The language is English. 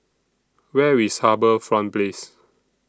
Where IS HarbourFront Place